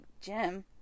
Jim